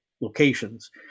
locations